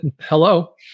hello